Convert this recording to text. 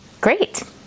Great